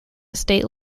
state